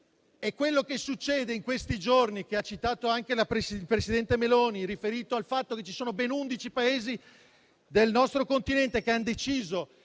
Quello che accade in questi giorni e che ha citato anche la presidente Meloni, riferito al fatto che ci sono ben 11 Paesi del nostro Continente che hanno deciso